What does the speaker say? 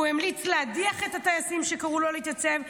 הוא המליץ להדיח את הטייסים שקראו לא להתייצב,